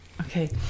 Okay